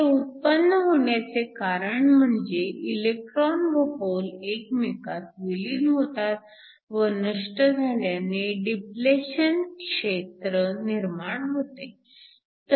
हे उत्पन्न होण्याचे कारण म्हणजे इलेक्ट्रॉन व होल एकमेकांत विलीन होतात व नष्ट झाल्याने डिप्लेशन क्षेत्र निर्माण होते